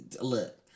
look